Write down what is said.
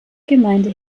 gemeinde